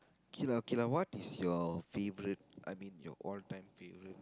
okay lah okay lah what is your favourite I mean your all time favourite